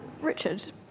Richard